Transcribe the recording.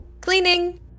Cleaning